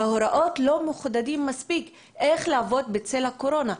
וההוראות לא מחודדות מספיק איך לעבוד בצל הקורונה,